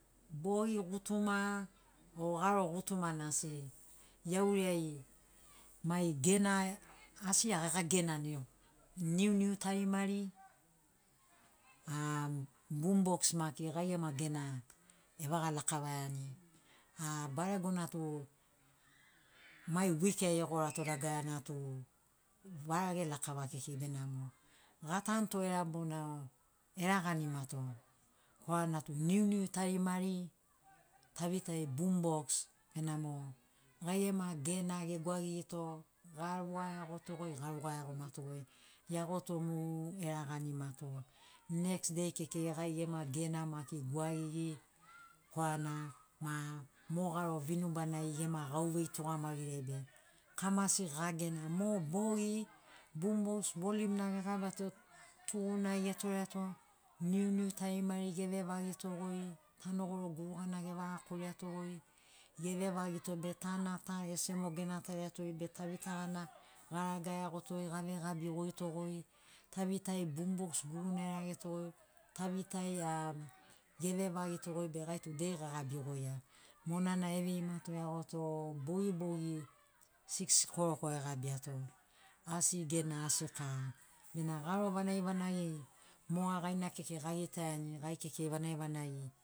Bogi gutuma o garo gutuma nasi iauriai mai gena asi gagenani niuniu tarimari am bumbox maki gai gema gena evagalakavaiani a baregona tu mai wik ai egorato dagarana tu varage lakava kekei benamo gatanto era bona eraganimato korana tu niuniu tarimari tavitai bumbox benamo gai gema gena egwagigito garuga iagoto goi garuga iagomato goi eagoto mu eraganimato next dei kekei gai gema gena maki gwagigi korana ma mo garo vinubanai gema gauvei tugamagiriai be kamasi gagena mo bogi bumbox volium na egabiato tugunai etoreato niuniu tarimari evevagito goi tano goro gurugana evaga koriato goi evevagito be tana ta esemo genatariato be tavita gana garaga iagoto gavegabigoito goi tavitai bumbox guruna erageto goi tavitai am evevagito goi be gai tu dei gagabigoia monana eveimato eagoto bogibogi six koroko egabiato asi gena asi kara bena garo vanagi vanagi moga gaina kekei gagitaiani gai kekei vanagi vanagi